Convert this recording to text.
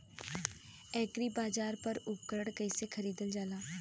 एग्रीबाजार पर उपकरण कइसे खरीदल जाला?